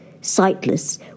sightless